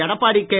Edappadi K